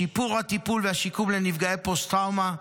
שיפור הטיפול והשיקום לנפגעי פוסט-טראומה,